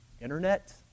internet